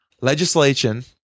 Legislation